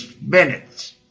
minutes